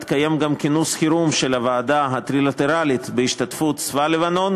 התקיים כינוס חירום של הוועדה הטרילטרלית בהשתתפות צבא לבנון,